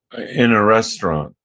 in a restaurant,